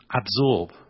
absorb